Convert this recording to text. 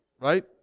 Right